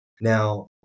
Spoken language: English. Now